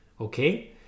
okay